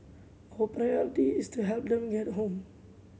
our priority is to help them get home